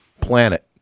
planet